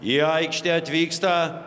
į aikštę atvyksta